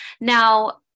Now